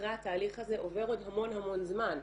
אחרי התהליך הזה עובר עוד המון המון זמן.